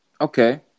Okay